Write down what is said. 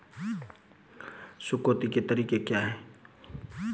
चुकौती के तरीके क्या हैं?